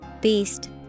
beast